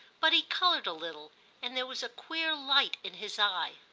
but he coloured a little and there was a queer light in his eye.